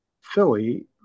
Philly